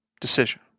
decision